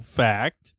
fact